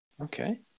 Okay